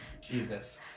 Jesus